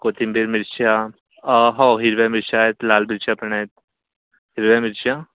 कोथिंबीर मिरच्या हो हिरव्या मिरच्या आहेत लाल मिरच्या पण आहेत हिरव्या मिरच्या